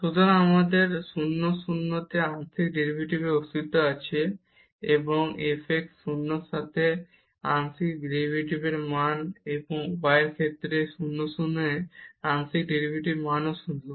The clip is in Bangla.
সুতরাং আমাদের 0 0 তে আংশিক ডেরিভেটিভের অস্তিত্ব আছে এবং fx 0 এর সাথে আংশিক ডেরিভেটিভের মান এবং y এর ক্ষেত্রে 0 0 এ আংশিক ডেরিভেটিভের মানও 0